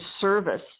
service